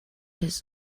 this